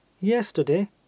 Yesterday